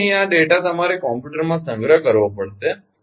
તેથી અહીં આ ડેટા તમારે કમ્પ્યુટરમાં સંગ્રહ કરવો પડશે